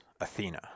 Athena